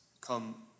come